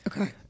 okay